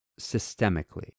systemically